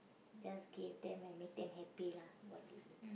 just give them and make them happy lah what they eat